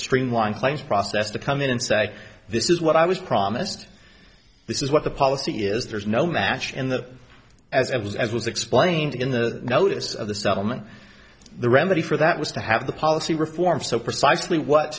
streamlined claims process to come in and say this is what i was promised this is what the policy is there's no match in the as it was as was explained in the notice of the settlement the remedy for that was to have the policy reform so precisely what